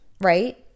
right